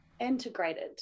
integrated